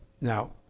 Now